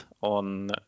on